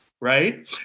right